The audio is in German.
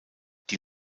die